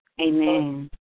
Amen